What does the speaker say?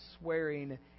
swearing